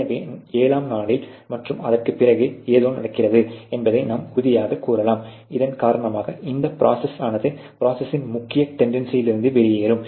எனவே 7 நாள் மற்றும் அதற்கு பிறகு ஏதோ நடக்கிறது என்பதை நாம் உறுதியாகக் கூறலாம் இதன் காரணமாக இந்த ப்ரோசஸ் ஆனது ப்ரோசஸ்யின் முக்கிய டென்டென்னசிலிருந்து வெளியேறும்